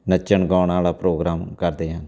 ਨੱਚਣ ਗਾਉਣ ਵਾਲਾ ਪ੍ਰੋਗਰਾਮ ਕਰਦੇ ਹਨ